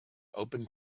open